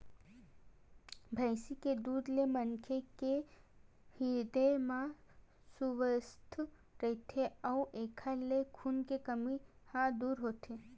भइसी के दूद ले मनखे के हिरदे ह सुवस्थ रहिथे अउ एखर ले खून के कमी ह दूर होथे